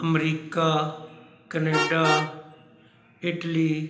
America Canada Italy